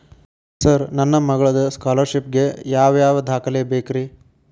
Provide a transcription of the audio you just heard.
Sir ನನ್ನ ಮಗ್ಳದ scholarship ಗೇ ಯಾವ್ ಯಾವ ದಾಖಲೆ ಬೇಕ್ರಿ?